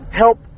help